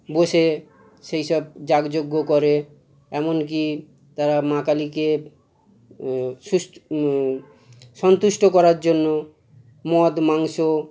বসে সেই সব যাগযজ্ঞ করে এমন কি তারা মা কালীকে সুস্থ সন্তুষ্ট করার জন্য মদ মাংস